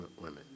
women